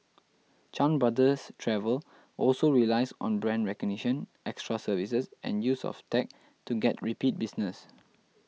Chan Brothers Travel also relies on brand recognition extra services and use of tech to get repeat business